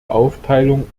aufteilung